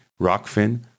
Rockfin